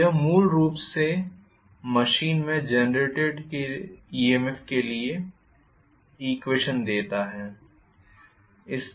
तो यह मुझे मूल रूप से मशीन में जेनरेटेड EMFके लिए ईक्वेशन देता है